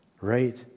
right